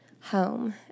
home